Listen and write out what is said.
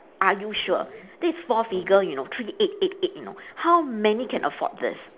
are you sure this four figure you know three eight eight eight you know how many can afford this